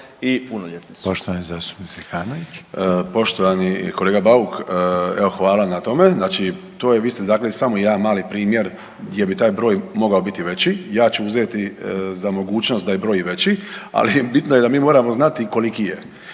Hrvoje (Hrvatski suverenisti)** Poštovani kolega Bauk, evo hvala na tome. Znači to je, vi ste istaknuli samo jedan mali primjer gdje bi taj broj mogao biti i veći. Ja ću uzeti za mogućnost da je broj i veći, ali bitno je da mi moramo znati koliki je.